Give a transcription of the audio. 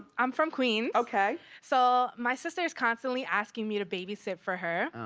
i'm from queens. okay. so my sisters' constantly asking me to babysit for her.